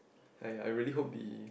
!aiya! I really hope the